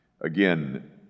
Again